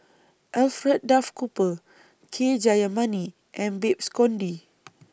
Alfred Duff Cooper K Jayamani and Babes Conde